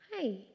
Hi